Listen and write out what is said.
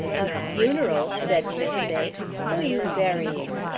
a funeral, said mis' bates. who you burying?